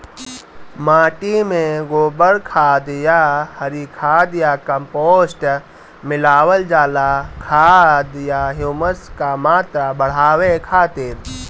माटी में गोबर खाद या हरी खाद या कम्पोस्ट मिलावल जाला खाद या ह्यूमस क मात्रा बढ़ावे खातिर?